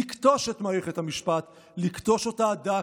לכתוש את מערכת המשפט, לכתוש אותה דק,